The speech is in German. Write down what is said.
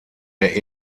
der